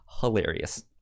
hilarious